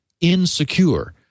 insecure